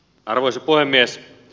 arvoisa puhemies